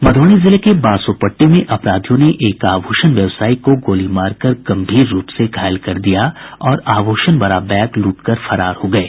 मध्रबनी जिले के बासोपट्टी में अपराधियों ने एक आभूषण व्यवसायी को गोली मारकर गम्भीर रूप से घायल कर दिया और आभूषण भरा बैग लूट कर फरार हो गये